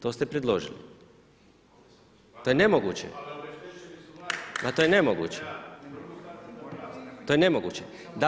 To ste predložili. … [[Upadica sa srane, ne razumije se.]] To je nemoguće.